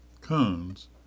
cones